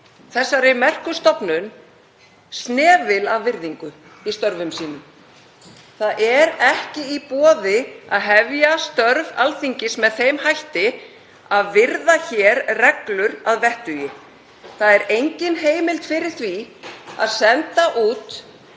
þessari merku stofnun snefil af virðingu í störfum sínum. Það er ekki í boði að hefja störf Alþingis með þeim hætti að virða reglur að vettugi. Það er engin heimild fyrir því að senda út